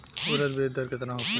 उरद बीज दर केतना होखे?